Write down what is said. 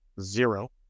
zero